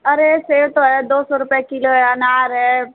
अरे सेब तो है दो सौ रुपये किलो है अनार है